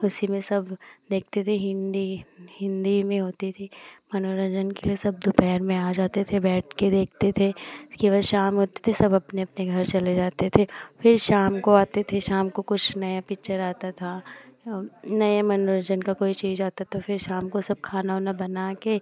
उसी में सब देखते थे हिन्दी हिन्दी में होती थी मनोरन्जन के लिए सब दोपहर में आ जाते थे बैठकर देखते थे इसके बाद शाम होती थी सब अपने अपने घर चले जाते थे फिर शाम को आते थे शाम को कुछ नई पिक्चर आती थी या नए मनोरन्जन की कोई चीज़ आती तो फिर शाम को सब खाना उना बनाकर